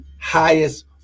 highest